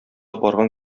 барган